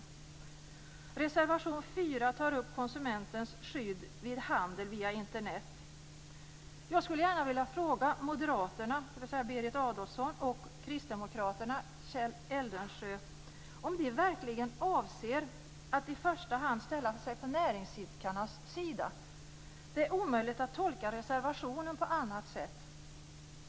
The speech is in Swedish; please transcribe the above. I reservation 4 tar man upp konsumentens skydd vid handel via Internet. Jag skulle gärna vilja fråga Berit Adolfsson från Moderaterna och Kjell Eldensjö från Kristdemokraterna om de verkligen avser att i första hand ställa sig på näringsidkarnas sida. Det är omöjligt att tolka reservationen på något annat sätt.